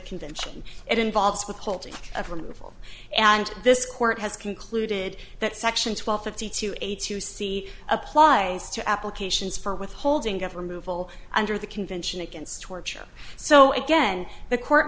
convention it involves withholding of removal and this court has concluded that section twelve fifty two eight to see applies to applications for withholding governmental under the convention against torture so again the court